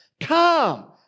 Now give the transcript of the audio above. Come